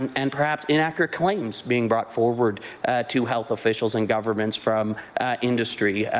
and and perhaps inaccurate claims being brought forward to health officials and governments from industry,